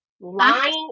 Lying